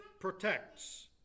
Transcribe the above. protects